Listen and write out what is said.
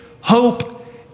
hope